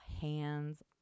hands